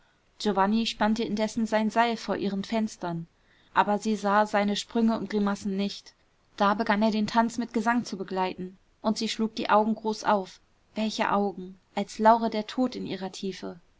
giovanni spannte indessen sein seil vor ihren fenstern aber sie sah seine sprünge und grimassen nicht da begann er den tanz mit gesang zu begleiten und sie schlug die augen groß auf welche augen als laure der tod in ihrer tiefe